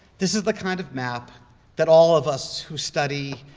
this is the kind of map that all of us who study